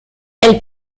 elle